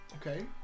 Okay